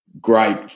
great